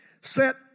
set